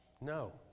No